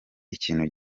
ikintu